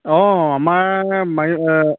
অঁ আমাৰ